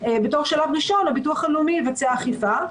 בתור שלב הראשון שהביטוח הלאומי יבצע אכיפה,